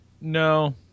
No